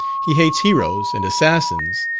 he hates heroes and assassins,